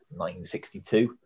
1962